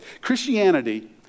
Christianity